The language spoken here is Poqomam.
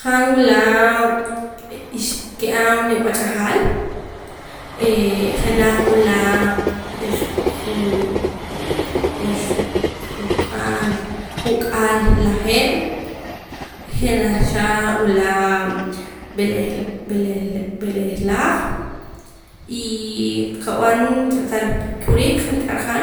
Han wula ix ka'ab' niwach'ajal ee jenaj wula este jun oxla ju'k'ahl junk'ahl lajeeb' jenaj cha wula b'elejlaj y qab'an tratar kurik nik'aj han